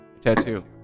tattoo